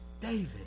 David